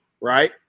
right